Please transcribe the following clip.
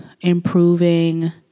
improving